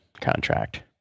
contract